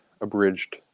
abridged